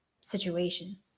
situation